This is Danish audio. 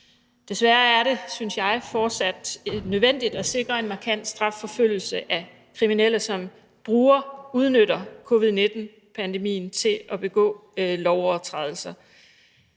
Desværre er det, synes jeg, fortsat nødvendigt at sikre en markant strafforfølgelse af kriminelle, som udnytter covid-19-pandemien til at begå lovovertrædelser.